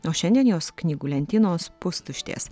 o šiandien jos knygų lentynos pustuštės